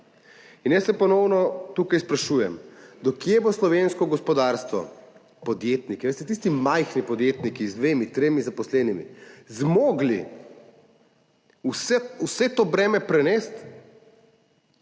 In jaz se ponovno tukaj sprašujem, do kje bo slovensko gospodarstvo, podjetniki, veste, tisti majhni podjetniki z dvema, tremi zaposlenimi, zmogli vse to breme prenesti.